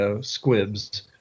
squibs